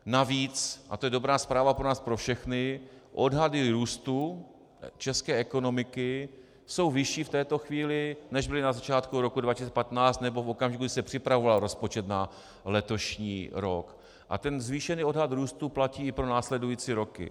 Navíc, a to je dobrá zpráva pro nás pro všechny, odhady růstu české ekonomiky jsou vyšší v této chvíli, než byly na začátku roku 2015 nebo v okamžiku, kdy se připravoval rozpočet na letošní rok, a ten zvýšený odhad růstu platí i pro následující roky.